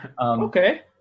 Okay